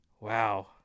wow